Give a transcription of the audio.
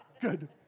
Good